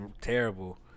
Terrible